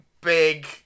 big